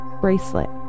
Bracelet